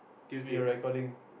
we are recording